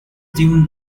dune